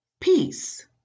peace